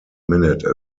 minute